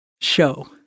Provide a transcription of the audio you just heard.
Show